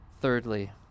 thirdly